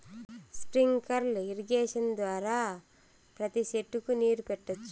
sprinkler irrigation ద్వారా ప్రతి సెట్టుకు నీరు పెట్టొచ్చు